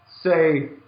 say